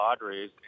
Padres